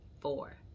four